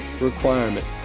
requirement